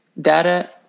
data